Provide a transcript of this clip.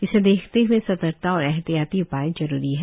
इसे देखते हए सतर्कता और एहतियाती उपाय जरूरी हैं